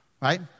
Right